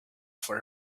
for